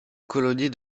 colonie